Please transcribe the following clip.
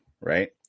right